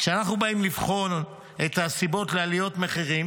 כשאנחנו באים לבחון את הסיבות לעליות מחירים